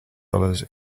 dollars